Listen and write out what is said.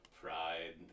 pride